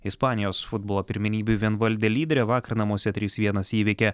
ispanijos futbolo pirmenybių vienvaldė lyderė vakar namuose trys vienas įveikė